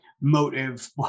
motive